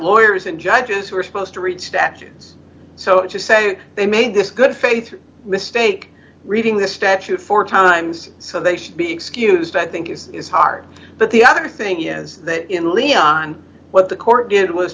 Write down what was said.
lawyers and judges who are supposed to read statutes so if you say they made this good faith mistake reading the statute four times so they should be excused i think it's hard but the other thing is that in leon what the court did was